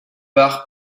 par